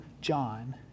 John